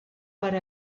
per